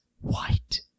white